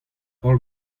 hor